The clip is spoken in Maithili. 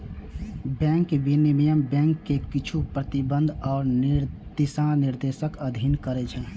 बैंक विनियमन बैंक कें किछु प्रतिबंध आ दिशानिर्देशक अधीन करै छै